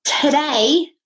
Today